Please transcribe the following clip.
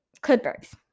Clippers